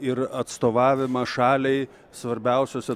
ir atstovavimą šaliai svarbiausiose